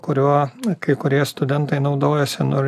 kuriuo kai kurie studentai naudojasi nu ir